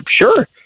sure